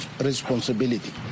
responsibility